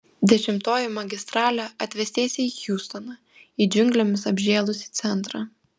dešimtoji magistralė atves tiesiai į hjustoną į džiunglėmis apžėlusį centrą